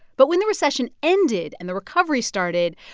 but when the recession ended and the recovery started,